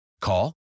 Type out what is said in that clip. Call